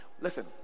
Listen